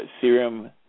Serum